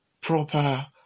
proper